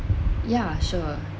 yeah sure